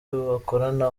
bakorana